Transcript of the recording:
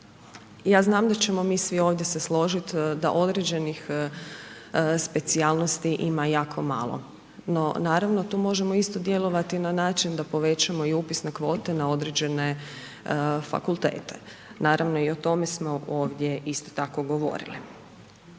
Ja znam da ćemo mi svi ovdje se složit da određenih specijalnosti ima jako malo no na ravno tu možemo isti djelovati na način da povećamo i upisne kvote na određene fakultete. Naravno i o tome smo ovdje isto tako govorili.